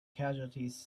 casualties